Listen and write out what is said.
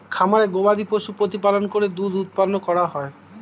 খামারে গবাদিপশু প্রতিপালন করে দুধ উৎপন্ন করা হয়